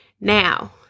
now